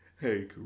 Hey